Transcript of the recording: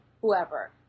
whoever